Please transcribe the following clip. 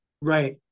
Right